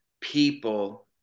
people